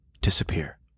disappear